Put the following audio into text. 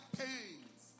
Pains